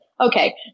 Okay